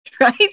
Right